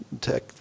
Tech